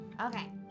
Okay